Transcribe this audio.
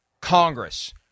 Congress